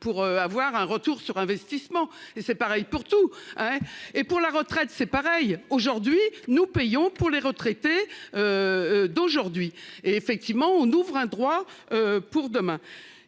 Pour avoir un retour sur investissement et c'est pareil pour tout hein. Et pour la retraite c'est pareil aujourd'hui nous payons pour les retraités. D'aujourd'hui et effectivement on ouvre un droit. Pour demain